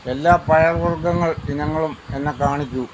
എല്ലാ പയർവർഗ്ഗങ്ങൾ ഇനങ്ങളും എന്നെ കാണിക്കൂ